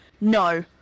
no